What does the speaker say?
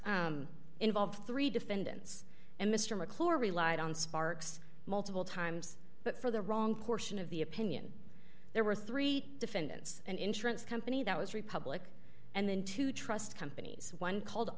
involved three defendants and mr mcclure relied on sparks multiple times but for the wrong course and of the opinion there were three defendants an insurance company that was republic and then two trust companies one called